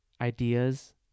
ideas